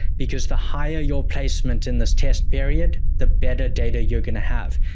because the higher your placement in this test period, the better data you're going to have.